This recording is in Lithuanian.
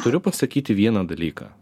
turiu pasakyti vieną dalyką